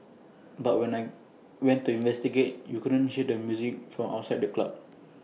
but when I went to investigate you couldn't hear the music from outside the club